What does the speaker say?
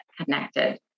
connected